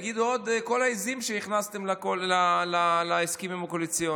תגידו את כל העיזים שהכנסתם להסכמים הקואליציוניים.